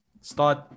start